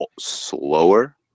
slower